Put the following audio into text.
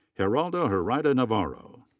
gerardo heredia navarro.